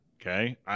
Okay